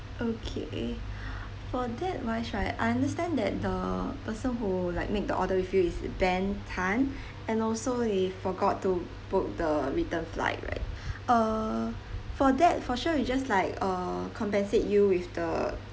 okay eh for that why should I understand that the person who like make the order with you is ben tan and also he forgot to book the return flight right uh for that for sure we just like uh compensate you with the